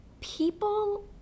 people